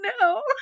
no